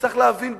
צריך להבין בבירור: